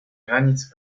granite